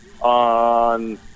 on